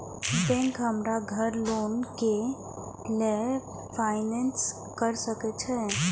Bank हमरा घर loan के लेल फाईनांस कर सके छे?